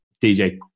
dj